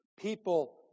people